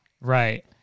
Right